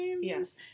Yes